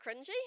cringy